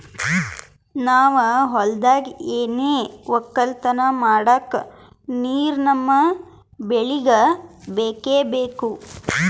ನಾವ್ ಹೊಲ್ದಾಗ್ ಏನೆ ವಕ್ಕಲತನ ಮಾಡಕ್ ನೀರ್ ನಮ್ ಬೆಳಿಗ್ ಬೇಕೆ ಬೇಕು